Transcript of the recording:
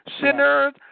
sinners